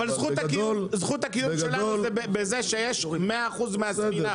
אבל זכות הקיום שלנו זה בזה שיש מאה אחוז מהספינה.